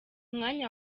mwanya